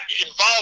involved